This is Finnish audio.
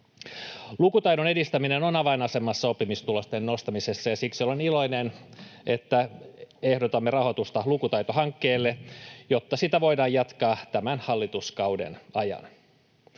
Lukutaidon edistäminen on avainasemassa oppimistulosten nostamisessa, ja siksi olen iloinen, että ehdotamme rahoitusta lukutaitohankkeelle, jotta sitä voidaan jatkaa tämän hallituskauden ajan.